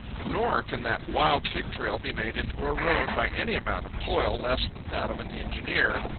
nor can that wild-pig trail be made into a road by any amount of toil less than that of an engineer,